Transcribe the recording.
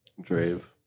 Drave